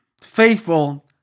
faithful